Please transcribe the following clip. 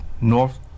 north